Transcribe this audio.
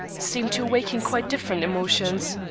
seemed to awaken quite different emotions.